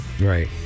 Right